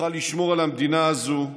נוכל לשמור על המדינה הזאת,